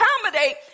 accommodate